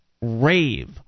rave